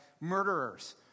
murderers